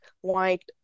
white